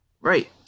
Right